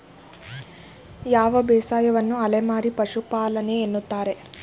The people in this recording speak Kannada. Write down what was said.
ಯಾವ ಬೇಸಾಯವನ್ನು ಅಲೆಮಾರಿ ಪಶುಪಾಲನೆ ಎನ್ನುತ್ತಾರೆ?